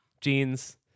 jeans